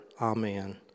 Amen